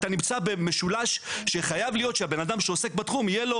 אתה נמצא במשולש שחייב שלאדם שעוסק בתחום יהיה לו